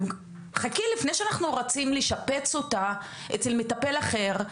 חכי לפני שאנחנו רצים "לשבץ" אותה אצל מטפל אחר,